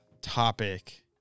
topic